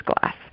glass